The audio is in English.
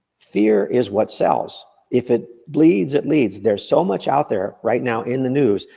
fear is what sells, if it bleeds, it leads. there's so much out there right now in the news,